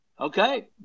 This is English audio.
Okay